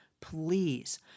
Please